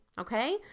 okay